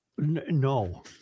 no